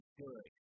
good